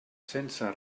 sense